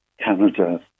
Canada